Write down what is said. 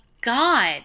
God